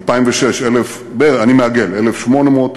2006, אני מעגל, 1,800,